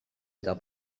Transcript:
eta